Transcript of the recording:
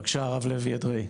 בבקשה, הרב לוי אדרעי.